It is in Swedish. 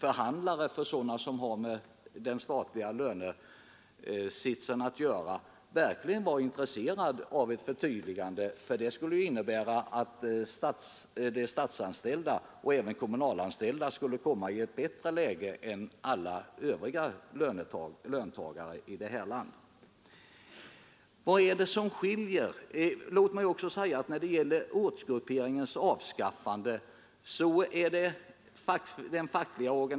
Jag tror att de som har med de statliga förhandlingarna att göra verkligen är intresserade av ett förtydligande. Den tolkning som herr Magnusson i Kristinehamn här gav av reservationen skulle innebära att de statsanställda och även de kommunalanställda skulle komma i ett bättre läge än övriga löntagare i landet. Det är de fackliga organisationerna som drivit frågan om dyrortsgrupperingens avskaffande.